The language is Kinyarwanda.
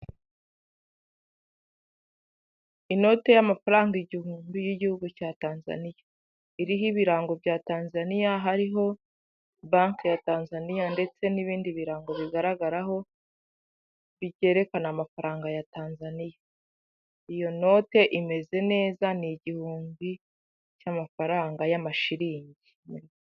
Inote y'amafaranga igihumbi y'igihugu cya Tanzaniya, iriho ibirango bya Tanzaniya, hariho banki ya Tanzaniya ndetse n'ibindi birango bigaragaraho, byererekana amafaranga ya Tanzaniya, iyo note imeze neza, ni igihumbi cy'amafaranga y'amashilingi.